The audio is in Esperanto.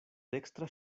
dekstra